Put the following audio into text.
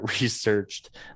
researched